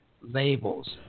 labels